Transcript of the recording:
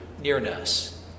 nearness